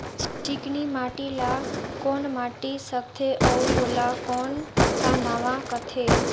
चिकनी माटी ला कौन माटी सकथे अउ ओला कौन का नाव काथे?